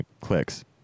clicks